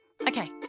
Okay